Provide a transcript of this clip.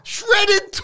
Shredded